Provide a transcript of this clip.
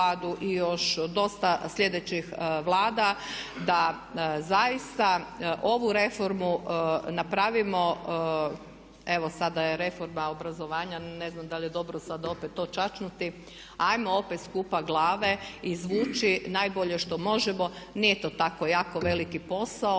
i još dosta sljedećih Vlada da zaista ovu reformu napravimo evo sada je reforma obrazovanja, ne znam da li je dobro sad opet to čačnuti, ajmo opet skupa glave izvući najbolje što možemo, nije to tako jako veliki posao,